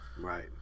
right